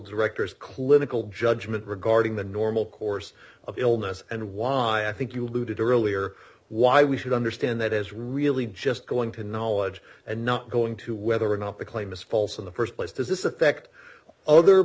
directors clinical judgment regarding the normal course of illness and why i think you alluded earlier why we should understand that is really just going to knowledge and not going to whether or not the claim is false in the st place does this affect other